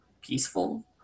peaceful